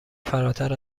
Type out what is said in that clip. فراتر